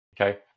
Okay